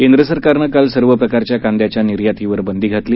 केंद्र सरकारनं काल सर्व प्रकारच्या कांद्याच्या निर्यातीवर बंदी घातली